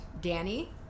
Danny